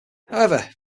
however